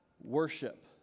worship